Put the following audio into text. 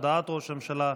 הודעת ראש הממשלה,